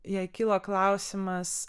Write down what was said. jai kyla klausimas